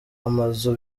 amazu